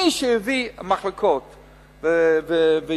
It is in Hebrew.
מי שיביא, מחלקות ויחידות,